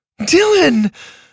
Dylan